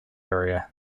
area